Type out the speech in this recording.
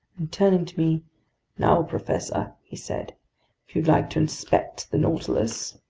and turning to me now, professor, he said, if you'd like to inspect the nautilus,